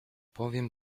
powiem